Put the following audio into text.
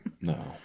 No